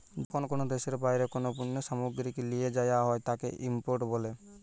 যখন কোনো দেশের বাইরে কোনো পণ্য সামগ্রীকে লিয়ে যায়া হয় তাকে ইম্পোর্ট বলে